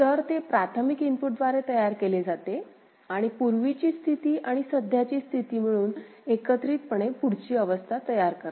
तर ते प्राथमिक इनपुटद्वारे तयार केले जाते आणि पूर्वीची स्थिती आणि सध्याची स्थिती मिळून एकत्रितपणे पुढची अवस्था तयार करतात